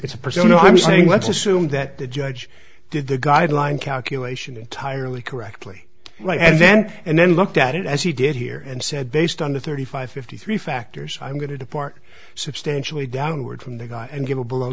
it's a persona i'm saying let's assume that the judge did the guideline calculation entirely correctly and then and then looked at it as he did here and said based on the thirty five fifty three factors i'm going to depart substantially downward from the guy and give a below